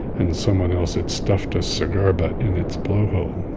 and someone else had stuffed a cigar butt in its blowhole.